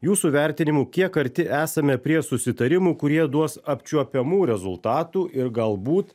jūsų vertinimu kiek arti esame prie susitarimų kurie duos apčiuopiamų rezultatų ir galbūt